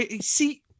See